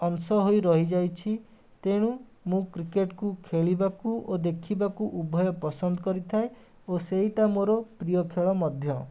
ଅଂଶ ହୋଇ ରହିଯାଇଛି ତେଣୁ ମୁଁ କ୍ରିକେଟ୍ କୁ ଖେଳିବାକୁ ଓ ଦେଖିବାକୁ ଉଭୟ ପସନ୍ଦ କରିଥାଏ ଓ ସେଇଟା ମୋର ପ୍ରିୟ ଖେଳ ମଧ୍ୟ